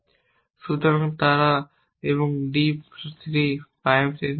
সুতরাং তারা আর D 3 প্রাইমে সেখানে ছিল না